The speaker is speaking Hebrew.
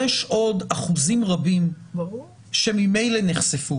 יש עוד אחוזים רבים שממילא נחשפו.